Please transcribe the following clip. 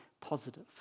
positive